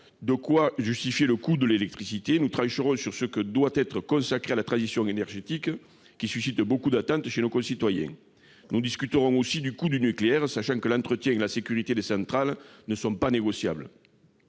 ce qui doit justifier le coût de l'électricité. Nous trancherons sur ce qui doit être consacré à la transition énergétique, laquelle suscite beaucoup d'attentes chez nos concitoyens. Nous discuterons aussi du coût du nucléaire, sachant que l'entretien et la sécurité des centrales ne sont pas négociables.